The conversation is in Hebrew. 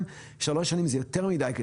צריך להיות ששלוש שנים זה יותר מדי.